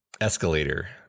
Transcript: Escalator